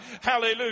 Hallelujah